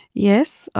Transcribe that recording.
yes,